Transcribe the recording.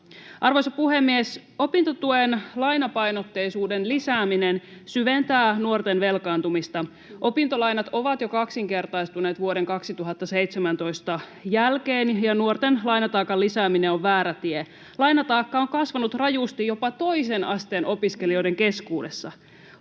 Arvoisa puhemies! Opintotuen lainapainotteisuuden lisääminen syventää nuorten velkaantumista. Opintolainat ovat jo kaksinkertaistuneet vuoden 2017 jälkeen, ja nuorten lainataakan lisääminen on väärä tie. Lainataakka on kasvanut rajusti jopa toisen asteen opiskelijoiden keskuudessa.